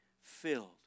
filled